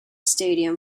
stadium